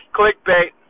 clickbait